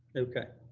okay.